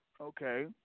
Okay